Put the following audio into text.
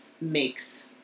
makes